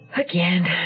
Again